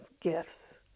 gifts